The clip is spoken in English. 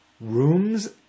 rooms